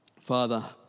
Father